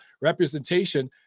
representation